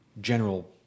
general